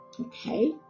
Okay